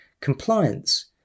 Compliance